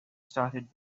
started